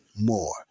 more